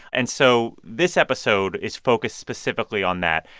and so this episode is focused specifically on that,